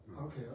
Okay